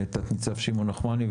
תת-ניצב שמעון נחמני,